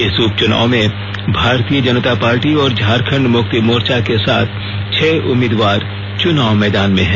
इस उपचुनाव में भारतीय जनता पार्टी और झारखंड मुक्ति मोर्चा के साथ छह उम्मीदवार चुनाव मैदान में हैं